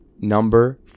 Number